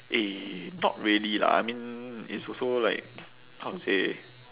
eh not really lah I mean it's also like how to say